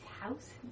house